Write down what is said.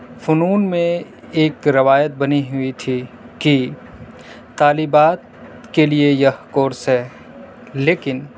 فنون میں ایک روایت بنی ہوئی تھی کہ طالبات کے لیے یہ کورس ہے لیکن